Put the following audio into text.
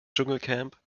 dschungelcamp